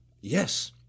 yes